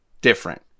different